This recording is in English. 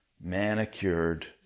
manicured